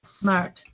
smart